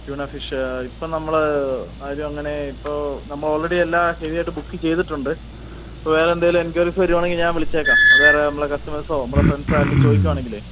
tuna fish ഇപ്പോൾ നമ്മൾ ആരും അങ്ങനെ ഇപ്പോൾ നമ്മൾ ഓൾറെഡി എല്ലാം ഹെവിയായിട്ട് ബുക്ക് ചെയ്തിട്ടുണ്ട് വേറെ എന്തേലും എൻക്വയറിസ് വരുവാണെങ്കിൽ ഞാൻ വിളിച്ചേക്കാം വേറെ നമ്മുടെ കസ്റ്റമേഴ്സൊ നമ്മുടെ ഫ്രണ്ട്സോ ആരെങ്കിലും ചോദിക്കുവാണെങ്കിൽ